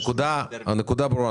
הנקודה ברורה.